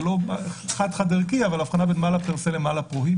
זה לא חד-חד-ערכי אבל ההבחנה בין Mala per se לבין Mala prohibita.